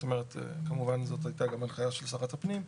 זאת אומרת כמובן זאת הייתה גם הנחיה של שרת הפנים,